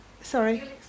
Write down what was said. sorry